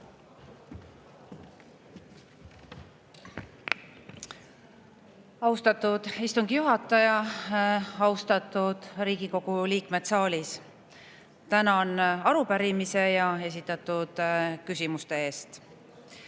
Austatud istungi juhataja! Austatud Riigikogu liikmed saalis! Tänan arupärimise ja esitatud küsimuste eest.